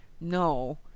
no